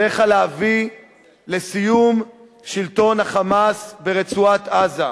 עליך להביא לסיום שלטון ה"חמאס" ברצועת-עזה.